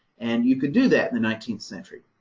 and you could do that in the nineteenth century.